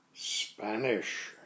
Spanish